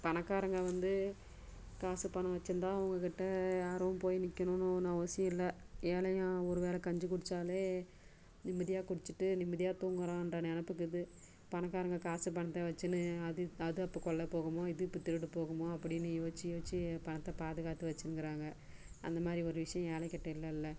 பணக்காரங்க வந்து காசு பணம் வச்சிருந்தால் அவங்ககிட்ட யாரும் போய் நிற்குணும்னு ஒன்றும் அவசியம் இல்லை ஏழையாக ஒரு வேளை கஞ்சி குடித்தாலே நிம்மதியாக குடித்துட்டு நிம்மதியாக தூங்கறான்ற நினப்பு இருக்குது பணக்காரங்க காசு பணம் வச்சுக்குனு அது அப்போ கொள்ளை போகுமோ இது இப்போ திருடு போகுமோ அப்படினு யோசிச்சி யோசிச்சி பணத்தை பாதுகாத்துனு வச்சிருக்கிறாங்க அந்த மாதிரி ஒரு விஷயம் ஏழை கிட்ட இல்லல்லை